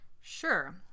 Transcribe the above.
Sure